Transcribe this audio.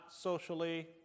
socially